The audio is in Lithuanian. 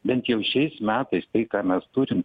bent jau šiais metais tai ką mes turim